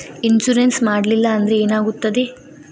Insurance ಮಾಡಲಿಲ್ಲ ಅಂದ್ರೆ ಏನಾಗುತ್ತದೆ?